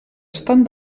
estan